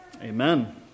Amen